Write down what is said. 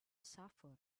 suffer